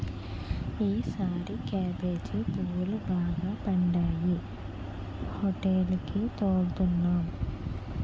ఈసారి కేబేజీ పువ్వులు బాగా పండాయి హోటేలికి తోలుతన్నాం